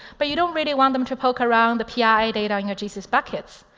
but you don't really want them to poke around the pi data on your gcs buckets,